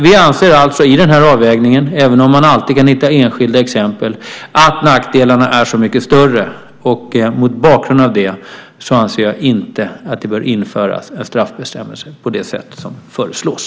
Vi anser alltså i den här avvägningen, även om man alltid kan hitta enskilda exempel, att nackdelarna är så mycket större, och mot bakgrund av det anser vi inte att det bör införas en straffbestämmelse på det sätt som föreslås.